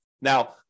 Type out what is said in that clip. Now